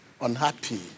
unhappy